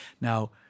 Now